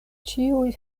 ĉiuj